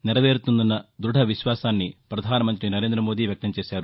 నెరవేరుతుందన్న ధృద విశ్వాసాన్ని ప్రధానమంతి నరేంద్రమోదీ వ్యక్తం చేశారు